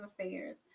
affairs